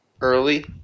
early